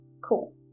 cool